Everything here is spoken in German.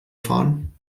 fahren